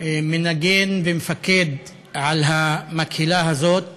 מנגן ומפקד על המקהלה הזאת